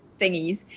thingies